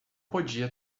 podia